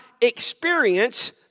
experience